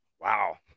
Wow